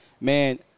man